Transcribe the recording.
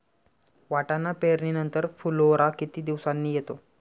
वाटाणा पेरणी नंतर फुलोरा किती दिवसांनी येतो?